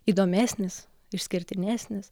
įdomesnis išskirtinesnis